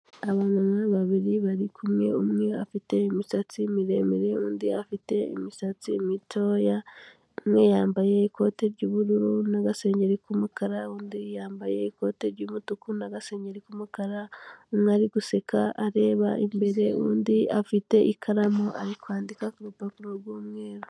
Abamama babiri bari kumwe umwe afite imisatsi miremire, undi afite imisatsi mitoya, umwe yambaye ikote ry'ubururu n'agasengeri k'umukara, undi yambaye ikoti ry'umutuku n'agasenyeri k'umukara, umwe ari guseka areba imbere, undi afite ikaramu ari kwandika ku rupapuro rw'umweru.